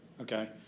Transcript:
okay